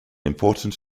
important